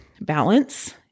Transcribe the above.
balance